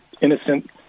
innocent